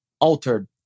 altered